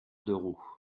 d’euros